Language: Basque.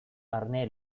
barne